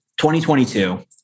2022